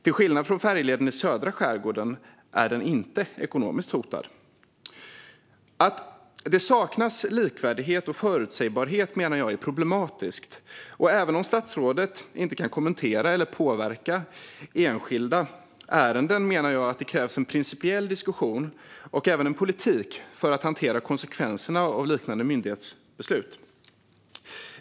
Till skillnad från färjeleden i södra skärgården är den inte ekonomiskt hotad. Att det saknas likvärdighet och förutsägbarhet är problematiskt, menar jag. Även om statsrådet inte kan kommentera eller påverka enskilda ärenden krävs en principiell diskussion och en politik för att hantera konsekvenserna av liknande myndighetsbeslut.